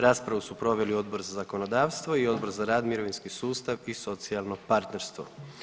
Raspravu su proveli Odbor za zakonodavstvo i Odbor za rad, mirovinski sustav i socijalno partnerstvo.